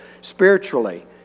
spiritually